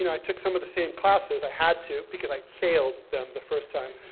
and i took some of the same classes, i had to, because i failed them the first time.